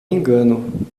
engano